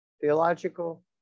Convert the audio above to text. theological